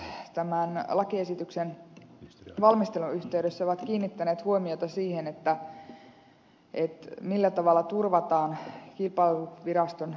lausunnonantajat tämän lakiesityksen valmistelun yhteydessä ovat kiinnittäneet huomiota siihen millä tavalla turvataan kilpailuviraston resurssit